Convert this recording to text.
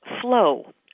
flow